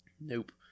Nope